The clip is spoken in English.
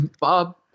Bob